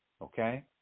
okay